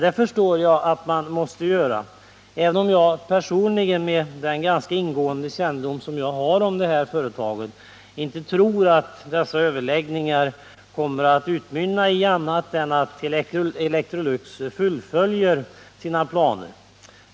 Det förstår jag att man måste göra även om jag personligen, med den ganska ingående kännedom jag har om företaget, inte tror att dessa överläggningar kommer att utmynna i något annat än att Electrolux fullföljer sina planer.